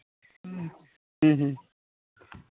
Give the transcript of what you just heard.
ᱦᱮᱸ ᱦᱮᱸ